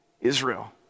Israel